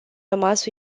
rămas